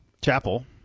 Chapel